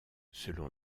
selon